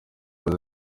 ziri